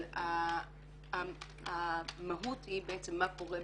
אבל המהות היא בעצם מה קורה.